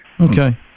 Okay